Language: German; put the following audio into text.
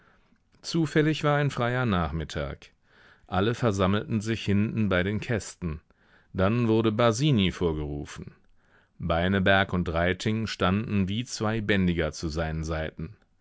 zufällig war ein freier nachmittag alle versammelten sich hinten bei den kästen dann wurde basini vorgerufen beineberg und reiting standen wie zwei bändiger zu seinen seiten